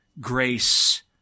grace